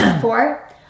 four